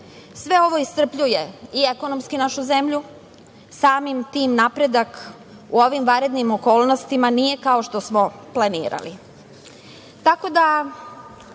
Sve ovo iscrpljuje i ekonomski našu zemlju. Samim tim napredak u ovim vanrednim okolnostima nije kao što smo planirali,